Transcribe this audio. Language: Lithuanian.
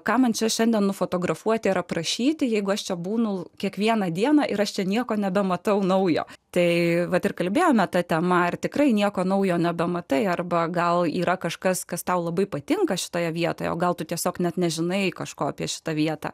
kabančią šiandien nufotografuoti ar aprašyti jeigu aš čia būnu kiekvieną dieną ir aš čia nieko nebematau naujo tai vat ir kalbėjome ta tema ar tikrai nieko naujo nebematai arba gal yra kažkas kas tau labai patinka šitoje vietoje o gal tu tiesiog net nežinai kažko apie šitą vietą